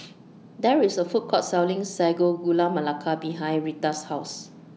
There IS A Food Court Selling Sago Gula Melaka behind Rheta's House